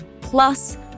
Plus